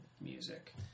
music